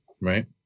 Right